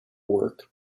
work